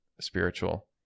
spiritual